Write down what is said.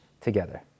together